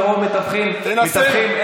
מרוב מתווכחים,